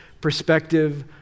perspective